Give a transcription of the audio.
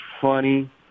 funny